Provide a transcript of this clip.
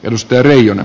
tunnustelijana